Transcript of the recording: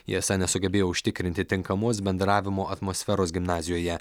jie esą nesugebėjo užtikrinti tinkamos bendravimo atmosferos gimnazijoje